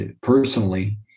personally